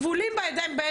כבולים בידיים.